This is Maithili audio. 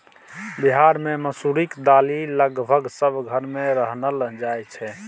बिहार मे मसुरीक दालि लगभग सब घर मे रान्हल जाइ छै